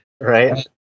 Right